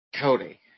Cody